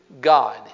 God